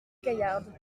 gaillarde